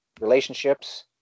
relationships